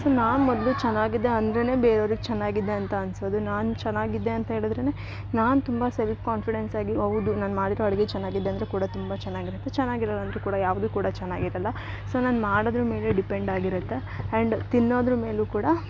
so ನಾನು ಮೊದ್ಲು ಚೆನ್ನಾಗಿದೆ ಅಂದ್ರೇ ಬೇರೆಯವ್ರಿಗ್ ಚೆನ್ನಾಗಿದೆ ಅಂತ ಅನ್ಸೋದು ನಾನು ಚೆನ್ನಾಗಿದೆ ಅಂತೇಳಿದ್ರೇ ನಾನು ತುಂಬ ಸೆಲ್ಫ್ ಕಾನ್ಫಿಡೆನ್ಸ್ ಆಗಿ ಹೌದು ನಾನು ಮಾಡಿರೊ ಅಡಿಗೆ ಚೆನ್ನಾಗಿದೆ ಅಂದರು ಕೂಡ ತುಂಬ ಚೆನ್ನಾಗಿರತ್ತೆ ಚೆನ್ನಾಗಿರಲ್ಲ ಅಂದರು ಕೂಡ ಯಾವುದು ಕೂಡ ಚೆನ್ನಾಗಿರಲ್ಲ ಸೊ ನಾನು ಮಾಡೋದ್ರ ಮೇಲೆ ಡಿಪೆಂಡ್ ಆಗಿರುತ್ತೆ ಆ್ಯಂಡ್ ತಿನ್ನೋದ್ರ ಮೇಲು ಕೂಡ